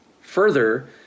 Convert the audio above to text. Further